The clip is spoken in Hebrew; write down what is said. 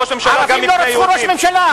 ערבים לא רצחו ראש ממשלה.